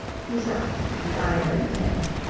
he stopped and eyed her intently.